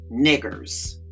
niggers